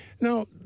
Now